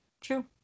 True